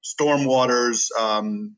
stormwaters